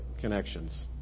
connections